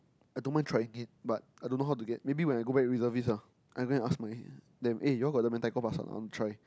I don't mind trying it but I don't know how to get maybe when I go back reservist ah I go and ask them eh you got the Mentaiko Pasta or not I want to try